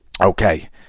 Okay